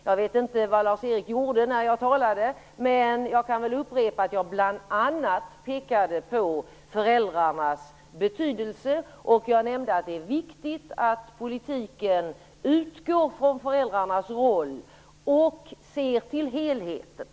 Jag vet inte vad Lars-Erik Lövdén gjorde när jag talade, men jag kan upprepa att jag bl.a. pekade på föräldrarnas betydelse och att jag nämnde att det är viktigt att politiken utgår från föräldrarnas roll och ser till helheten.